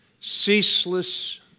ceaseless